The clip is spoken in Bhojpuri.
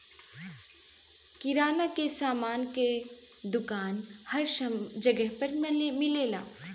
किराना के सामान के दुकान हर जगह पे मिलेला